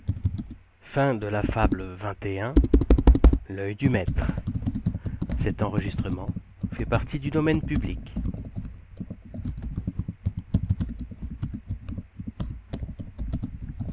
l'œil du maître